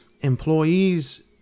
employees